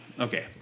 Okay